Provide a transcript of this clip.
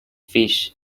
fish